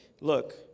look